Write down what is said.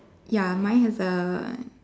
ya mine has a